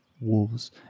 wolves